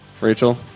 Rachel